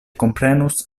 komprenus